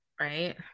right